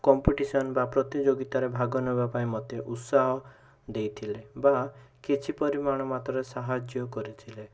competition ବା ପ୍ରତିଯୋଗିତାରେ ଭାଗ ନେବା ପାଇଁ ମୋତେ ଉତ୍ସାହ ଦେଇଥିଲେ ବା କିଛି ପରିମାଣ ମାତ୍ରାରେ ସାହାଯ୍ୟ କରିଥିଲେ